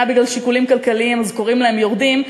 בגלל שיקולים כלכליים אז קוראים להם "יורדים",